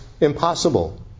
Impossible